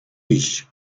iść